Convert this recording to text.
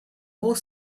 more